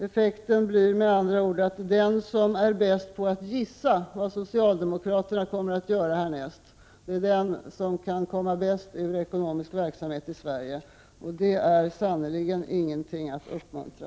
Effekten blir med andra ord att den som är bäst på att gissa vad socialdemokraterna kommer att göra härnäst är den som kan klara sig bäst i ekonomisk verksamhet i Sverige, och det är sannerligen ingenting att uppmuntra.